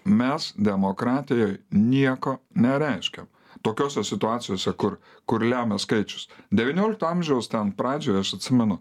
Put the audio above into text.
mes demokratijoj nieko nereiškia tokiose situacijose kur kur lemia skaičius devyniolikto amžiaus pradžioj aš atsimenu